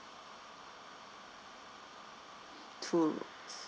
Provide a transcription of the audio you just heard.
two rooms